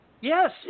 Yes